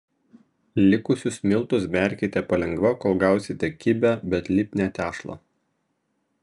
likusius miltus berkite palengva kol gausite kibią bet lipnią tešlą